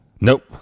Nope